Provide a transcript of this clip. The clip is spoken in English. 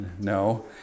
No